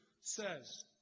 says